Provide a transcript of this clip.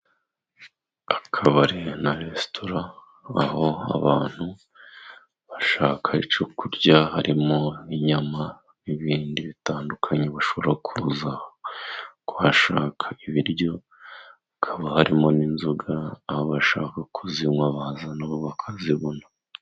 Akabari na resitora, aho abantu bashaka icyo kurya harimo inyama n'ibindi bitandukanye bashobora kuza kuhashaka ibiryo, hakaba harimo n'inzoga aho abashaka kuzinywa baza na bo bakazibona.